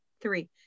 three